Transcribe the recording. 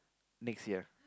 next year